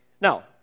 Now